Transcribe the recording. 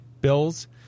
bills